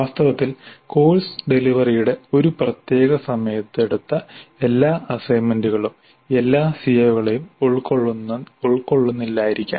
വാസ്തവത്തിൽ കോഴ്സ് ഡെലിവറിയുടെ ഒരു പ്രത്യേക സമയത്ത് എടുത്ത എല്ലാ അസൈൻമെന്റുകളും എല്ലാ സിഒകളെയും ഉൾക്കൊള്ളുന്നില്ലായിരിക്കാം